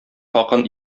хакын